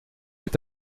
est